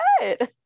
good